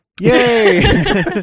Yay